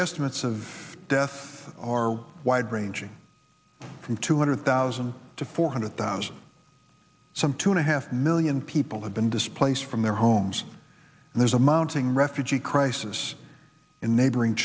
estimates of death are wide ranging from two hundred thousand to four hundred thousand some two and a half million people have been displaced from their homes and there's a mounting refugee crisis in neighboring